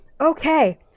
okay